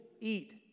eat